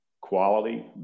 quality